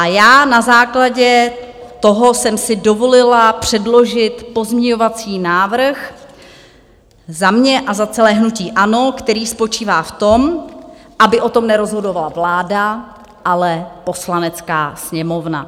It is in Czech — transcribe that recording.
Já jsem si na základě toho dovolila předložit pozměňovací návrh za mě a za celé hnutí ANO, který spočívá v tom, aby o tom nerozhodovala vláda, ale Poslanecká sněmovna.